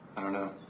i don't know.